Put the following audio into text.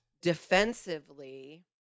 defensively